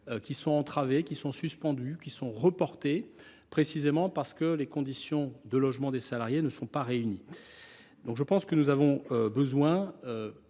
entravés, suspendus ou reportés, précisément parce que les conditions de logement des salariés ne sont pas réunies. Je pense que nous avons besoin,